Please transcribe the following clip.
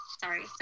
sorry